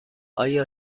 آیا